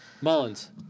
Mullins